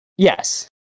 Yes